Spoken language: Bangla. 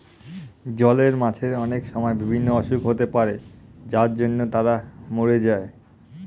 জলের মাছের অনেক সময় বিভিন্ন অসুখ হতে পারে যার জন্য তারা মোরে যায়